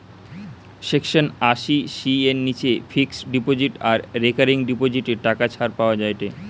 section আশি C এর নিচে ফিক্সড ডিপোজিট আর রেকারিং ডিপোজিটে টাকা ছাড় পাওয়া যায়েটে